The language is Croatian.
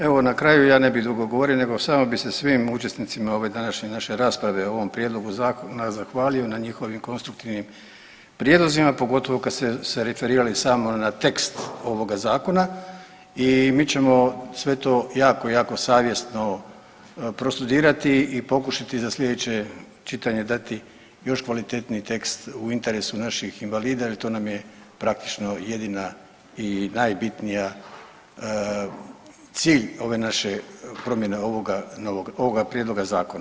Evo na kraju, ja ne bih dugo govorio nego samo bi se svim učesnicima ove današnje naše rasprave o ovom prijedlogu zakona zahvalio na njihovim konstruktivnim prijedlozima, pogotovo kad ste se referirali sam na tekst ovoga Zakona i mi ćemo sve to jako, jako savjesno prostudirati i pokušati za sljedeće čitanje dati još kvalitetniji tekst u interesu naših invalida jer to nam je praktično jedina i najbitnija cilj ove naše promjene ovoga novoga, ovoga prijedloga zakona